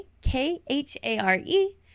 K-H-A-R-E